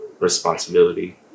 responsibility